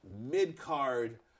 mid-card